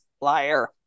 Liar